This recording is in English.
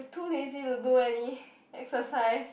too lazy to do any exercise